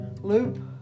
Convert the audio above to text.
loop